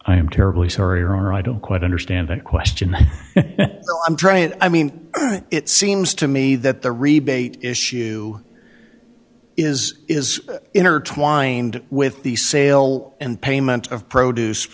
am terribly sorry or i don't quite understand the question i'm trying i mean it seems to me that the rebate issue is is intertwined with the sale and payment of produce